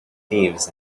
thieves